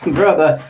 brother